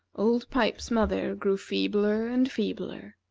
old pipes's mother grew feebler and feebler.